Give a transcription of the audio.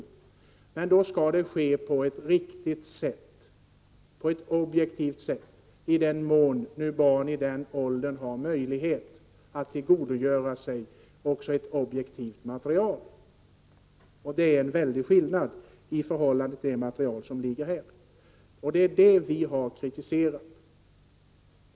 Men om detta skall ske, skall det ske på ett riktigt och objektivt sätt i den mån barn i den åldern har möjlighet att tillgodogöra sig också ett objektivt material. Det är en stor skillnad i förhållande till det material som det här är fråga om. Det är detta vi har kritiserat.